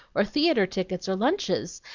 or theatre tickets, or lunches,